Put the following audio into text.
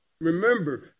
Remember